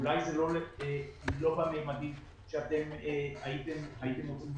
אולי זה לא בממדים שאתם הייתם יכולים לראות,